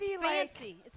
fancy